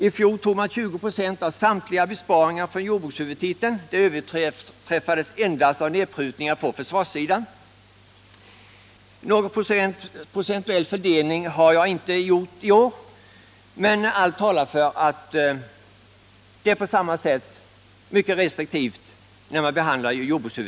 I fjol tog man 20 2, av samtliga besparingar från jordbrukshuvudtiteln. Det överträffades endast av nedprutningar på försvarsområdet. Någon procentuell fördelning i årets förslag har jag inte gjort, men mycket talar för att något likande har ägt rum i år.